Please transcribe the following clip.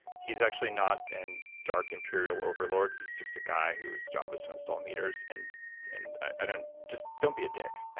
he's actually not a and dark imperial overlord. he's just a guy whose job is to install meters. and and i don't, just don't be a dick.